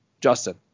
Justin